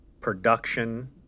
production